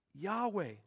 Yahweh